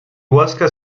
łaska